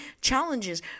challenges